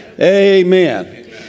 Amen